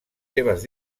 seves